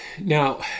Now